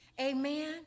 amen